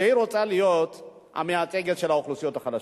שהיא רוצה להיות המייצגת של האוכלוסיות החלשות.